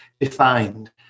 defined